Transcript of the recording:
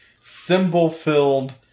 symbol-filled